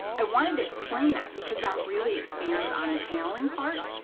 i wanted to explain that because that really expands on the channeling part,